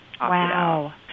Wow